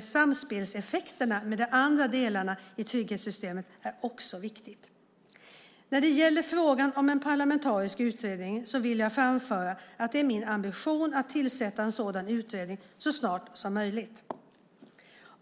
samspelseffekterna med andra delar av trygghetssystemen är också viktiga. När det gäller frågan om en parlamentarisk utredning vill jag framföra att det är min ambition att tillsätta en sådan utredning så snart som möjligt.